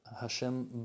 Hashem